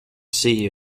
see